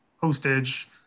postage